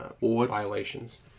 violations